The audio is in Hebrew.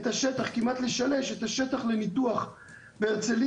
את השטח, כמעט לשלש את השטח לניתוח בהרצליה,